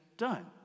done